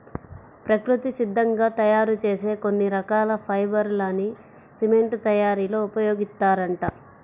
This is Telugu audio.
ప్రకృతి సిద్ధంగా తయ్యారు చేసే కొన్ని రకాల ఫైబర్ లని సిమెంట్ తయ్యారీలో ఉపయోగిత్తారంట